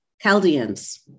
Chaldeans